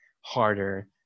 harder